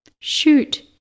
Shoot